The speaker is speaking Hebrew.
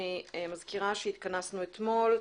אני מזכירה שהתכנסנו אתמול,